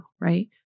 right